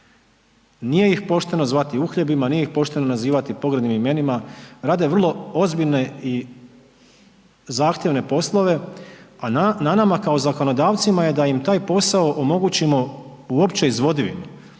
nije ih pošteno zvati uhljebima, nije ih pošteno nazivati pogrdnim imenima, rade vrlo ozbiljne i zahtjevne poslove, a na nama kao zakonodavcima je da im taj posao omogućimo uopće izvodivim.